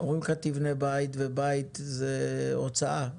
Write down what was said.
תבנו בית, ובית זה הוצאה,